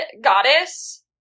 goddess